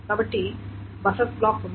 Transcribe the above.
కాబట్టి buffer block ఉంది